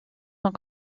sans